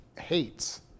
hates